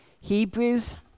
Hebrews